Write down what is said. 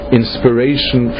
inspiration